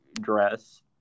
dress